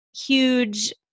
huge